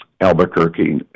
Albuquerque